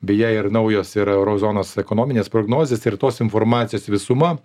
beje ir naujos yra euro zonos ekonominės prognozės ir tos informacijos visuma